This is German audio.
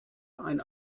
ein